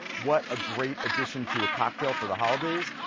what a great addition to a cocktail for the holidays.